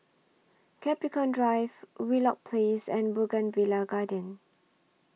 Capricorn Drive Wheelock Place and Bougainvillea Garden